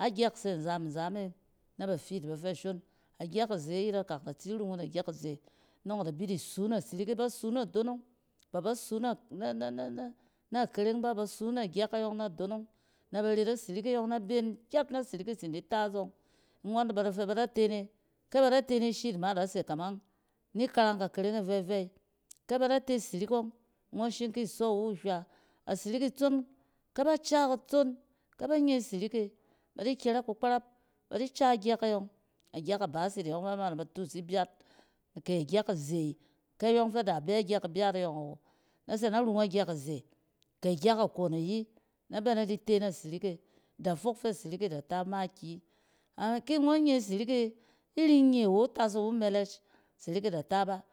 Agyɛt se nzam-nzam e na ba fiit bafɛ shon. Agyɛt aze yet akak da tsi rung ying agyɛt aze nɔng da bi di sun asirik e. Ba suu na donong b aba suu na-na-na-na kereng b aba suu na gyɛt e yɔng na donong, na ba ret asirik e yɔng na been gya na sirik e tson di ta zɔng. Ngɔn bada fɛ ba da te ne, kɛ ba da tene shit ma, ada se kamang ni karang kakereng e vɛvɛy. ke be da te sirik itson, kɛ ba ca itson, kɛ ban ye sirik e ba di kyɛrɛ kukparap ba di ca agyɛt e yɔng agyɛt abaasit e yɔng fɛ ba man naba tus ibyat kɛ agyɛk aze, kɛ yɔng fɛ da bɛ gyɛk aze, keagyɛk akon ayi na bɛ na di ten a sirik e, da fok fɛ sirik e da ta makiyi. A ki ngɔn nye sirik e, ki ren nye wo itas iwu mɛlɛsh, asirik e da ta ba.